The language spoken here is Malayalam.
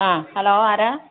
അ ഹലോ ആരാണ്